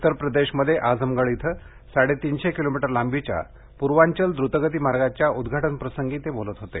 उत्तरप्रदेशमध्ये आझमगढ इथं साडेतीनशे किलोमीटर लांबीच्या पूर्वांचल द्रतगती मार्गाच्या उद्घाटनप्रसंगी ते बोलत होते